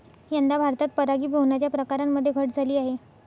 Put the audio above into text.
यंदा भारतात परागीभवनाच्या प्रकारांमध्ये घट झाली आहे